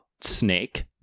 snake